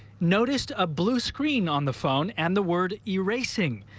noticed a blue screen on the phone and the word erasing.